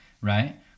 right